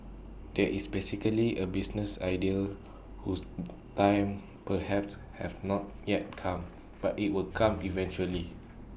this is basically A business idea whose time perhaps has not yet come but IT will come eventually